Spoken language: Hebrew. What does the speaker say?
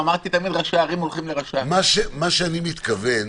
מה שאני מתכוון,